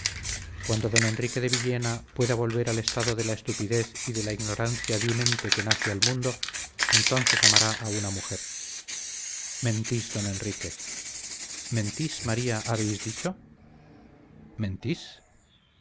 cuando don enrique de villena pueda volver al estado de la estupidez y de la ignorancia de un ente que nace al mundo entonces amará a una mujer mentís don enrique mentís maría habéis dicho mentís